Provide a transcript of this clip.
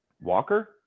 Walker